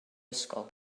ysgol